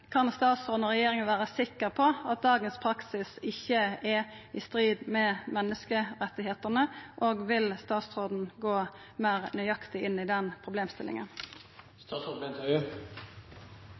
Kan statsråden og regjeringa vera sikre på at dagens praksis ikkje er i strid med menneskerettane, og vil statsråden gå meir nøyaktig inn i den problemstillinga?